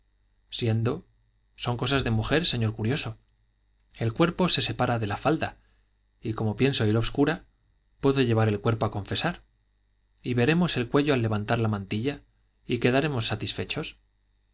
siendo son cosas de mujer señor curioso el cuerpo se separa de la falda y como pienso ir obscura puedo llevar el cuerpo a confesar y veremos el cuello al levantar la mantilla y quedaremos satisfechos